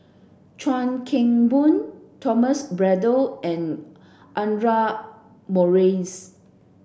Chuan Keng Boon Thomas Braddell and Audra Morrice